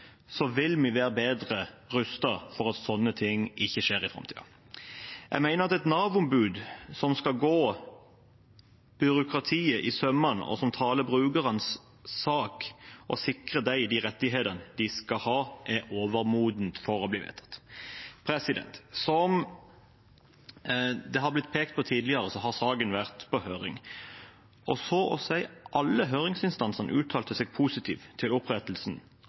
vil vi være bedre rustet for at sånne ting ikke skjer i framtiden. Jeg mener at et Nav-ombud, som skal gå byråkratiet etter i sømmene, og som taler brukernes sak og sikrer dem de rettighetene de har, er overmodent for å bli vedtatt. Som det har blitt pekt på tidligere, har saken vært på høring, og så å si alle høringsinstansene uttalte seg positivt til opprettelsen